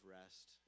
rest